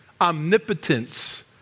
Omnipotence